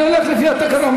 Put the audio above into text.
אני הולך לפי התקנון.